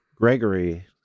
Gregory